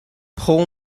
pull